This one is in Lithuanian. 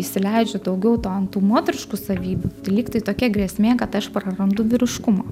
įsileidžiu daugiau ton tų moteriškų savybių lyg tai tokia grėsmė kad aš prarandu vyriškumą